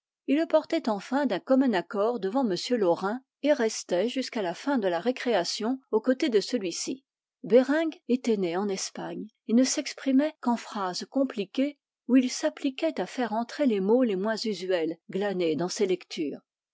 ils le portaient enfin d'un commun accord devant m laurin et restaient jusqu'à la fin de la récréation aux côtés de celui-ci bereng était né en espagne et ne s'exprimait qu'en phrases compliquées où il s'appliquait à faire entrer les mots les moins usuels glanés dans ses lectures